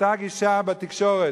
אותה גישה בתקשורת,